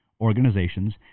organizations